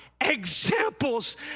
examples